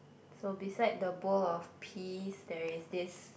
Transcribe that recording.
so beside the bowl of peas there is this